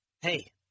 hey